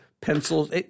pencils